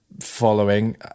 following